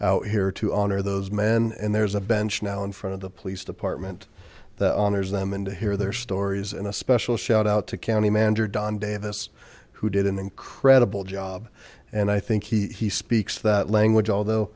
out here to honor those men and there's a bench now in front of the police department that honors them and to hear their stories and a special shout out to county manager don davis who did an incredible job and i think he speaks that language although